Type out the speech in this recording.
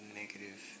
negative